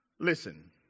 Listen